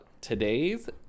today's